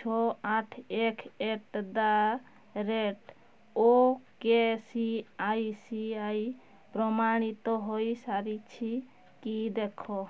ଛଅ ଆଠ ଏକ at the rate O K C I C I ପ୍ରମାଣିତ ହୋଇସାରିଛି କି ଦେଖ